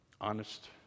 Honest